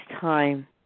time